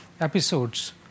episodes